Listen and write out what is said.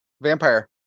Vampire